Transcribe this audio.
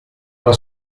alla